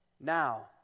Now